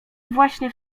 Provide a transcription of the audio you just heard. właśnie